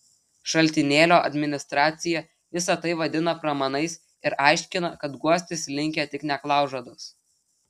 šaltinėlio administracija visa tai vadina pramanais ir aiškina kad guostis linkę tik neklaužados